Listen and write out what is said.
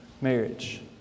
Marriage